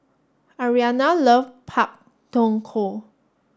Arianna love Pak Thong Ko